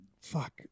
fuck